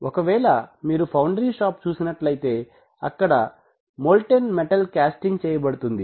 ఒకవేళ మీరు foundry shop చూసినట్లైతే అక్కడ మొల్టెన్ మెటల్ క్యాస్టింగ్ చేయబడుతుంది